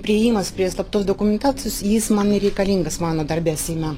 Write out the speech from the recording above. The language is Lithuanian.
priėjimas prie slaptos dokumentacijos jis man nereikalingas mano darbe seime